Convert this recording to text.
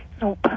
Nope